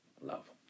love